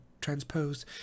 transposed